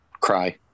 cry